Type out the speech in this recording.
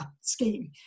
Scheme